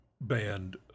band